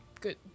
good